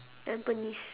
tampines